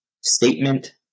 statement